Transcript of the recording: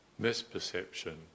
misperception